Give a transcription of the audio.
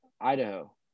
Idaho